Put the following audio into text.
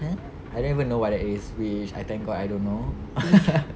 !huh! I don't even know what that is which I thank god I don't know